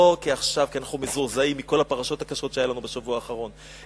לא כי עכשיו אנחנו מזועזעים מכל הפרשות הקשות שהיו לנו בשבוע האחרון,